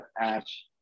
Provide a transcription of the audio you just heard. Ash